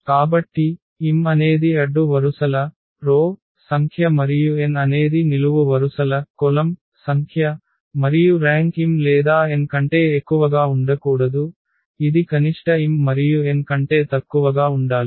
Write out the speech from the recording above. కాబట్టి m అనేది అడ్డు వరుసల సంఖ్య మరియు n అనేది నిలువు వరుసల సంఖ్య మరియు ర్యాంక్ m లేదా n కంటే ఎక్కువగా ఉండకూడదు ఇది కనిష్ట m మరియు n కంటే తక్కువగా ఉండాలి